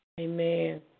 Amen